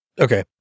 Okay